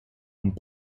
und